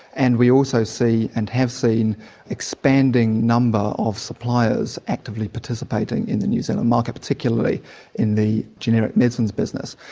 and we also see and have seen an expanding number of suppliers actively participating in the new zealand market, particularly in the generic medicines business.